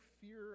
fear